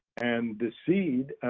and the seed,